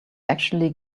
actually